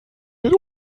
mit